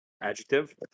Adjective